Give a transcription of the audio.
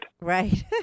Right